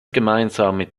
gemeinsame